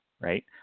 right